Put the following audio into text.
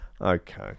Okay